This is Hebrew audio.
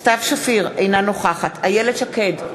סתיו שפיר, אינה נוכחת איילת שקד,